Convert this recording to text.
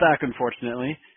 unfortunately